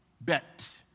bet